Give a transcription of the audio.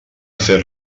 fer